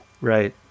Right